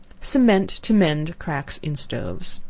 cement to mend cracks in stoves.